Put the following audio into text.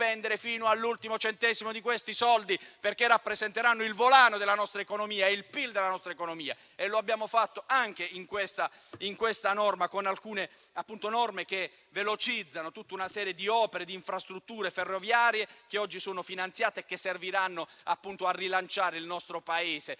fino all'ultimo centesimo di quei soldi, perché rappresenteranno il volano della nostra economia e del nostro PIL. E lo abbiamo fatto anche in questo provvedimento, con alcune norme che velocizzano tutta una serie di opere e di infrastrutture ferroviarie, che vengono finanziate e serviranno a rilanciare il nostro Paese